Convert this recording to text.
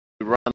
run